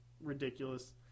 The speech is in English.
ridiculous